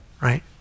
right